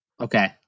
Okay